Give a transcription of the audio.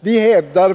Vpk hävdar